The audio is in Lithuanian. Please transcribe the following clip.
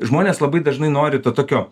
žmonės labai dažnai nori to tokio